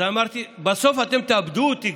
אמרתי: בסוף אתם תאבדו אותי,